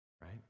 right